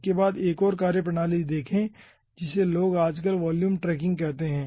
इसके बाद एक और कार्यप्रणाली देखें जिसे आजकल लोग वॉल्यूम ट्रैकिंग कहते हैं